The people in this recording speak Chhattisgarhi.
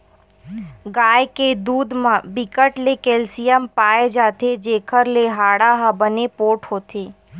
गाय के दूद म बिकट के केल्सियम पाए जाथे जेखर ले हाड़ा ह बने पोठ होथे